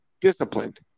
Disciplined